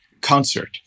concert